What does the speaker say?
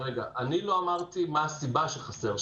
אני לא אמרתי מה הסיבה לכך שחסר.